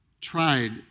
tried